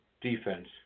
defense